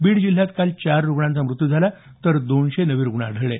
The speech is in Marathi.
बीड जिल्ह्यात काल चार रुग्णांचा मृत्यू झाला तर दोनशे नवे रुग्ण आढळले